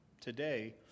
today